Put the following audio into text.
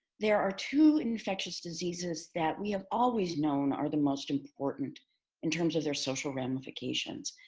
there are two infectious diseases that we have always known are the most important in terms of their social ramifications,